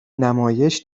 نمایش